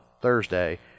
Thursday